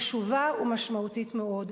חשובה ומשמעותית מאוד,